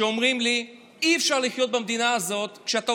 שאומרים לי: אי-אפשר לחיות במדינה הזאת כשאתה